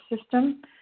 system